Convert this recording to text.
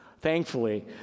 thankfully